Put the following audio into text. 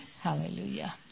hallelujah